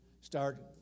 start